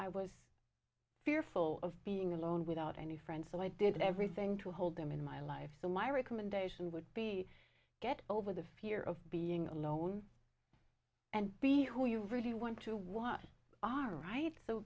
i was fearful of being alone without any friends so i did everything to hold them in my life so my recommendation would be get over the fear of being alone and be who you really want to watch aright so